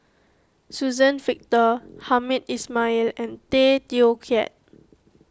Suzann Victor Hamed Ismail and Tay Teow Kiat